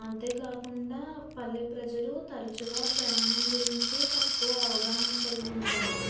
అంతేకాకుండా పల్లె ప్రజలు తరచుగా ప్రయాణం గురించి తక్కువ అవగాహన కలిగి ఉంటారు